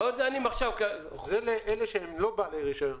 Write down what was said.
פה זה לאלה שהם לא בעלי רישיון.